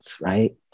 right